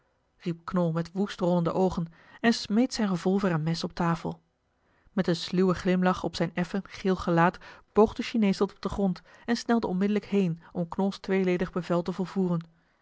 knol met woest rollende oogen en smeet zijn revolver en mes op tafel met een sluwen glimlach op zijn effen geel gezicht boog de chinees tot op den grond en snelde onmiddellijk heen om knols tweeledig bevel te volvoeren